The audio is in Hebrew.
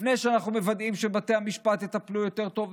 לפני שאנחנו מוודאים שבתי המשפט יטפלו יותר טוב,